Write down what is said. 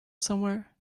somewhere